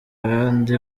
ayandi